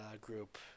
group